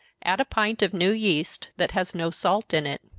add a pint of new yeast, that has no salt in it.